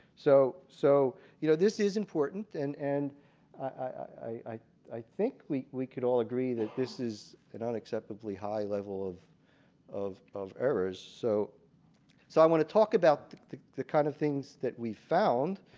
so so you know this is important and and i i think we we can all agree that this is an unacceptably high level of of errors so so i want to talk about the the kind of things that we found,